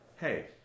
hey